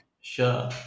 Sure